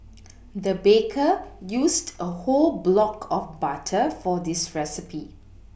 the baker used a whole block of butter for this recipe